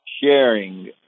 sharing